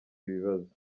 bibazo